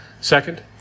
Second